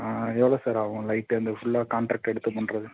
எவ்வளோ சார் ஆகும் லைட்டு அந்த ஃபுல்லா காண்ட்ராக்ட்டு எடுத்துப் பண்ணுறது